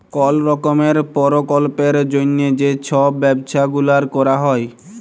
call রকমের পরকল্পের জ্যনহে যে ছব ব্যবছা গুলাল ক্যরা হ্যয়